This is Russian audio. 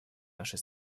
нашей